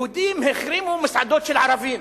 יהודים החרימו מסעדות של ערבים.